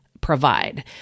provide